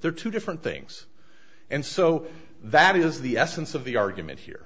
they're two different things and so that is the essence of the argument here